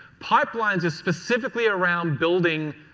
pipelines is specifically around building